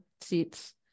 seats